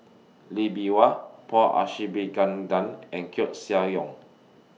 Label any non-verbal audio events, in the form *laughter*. Lee Bee Wah Paul *unintelligible* and Koeh Sia Yong